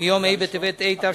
מיום ה' בטבת התשס"ט,